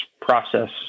process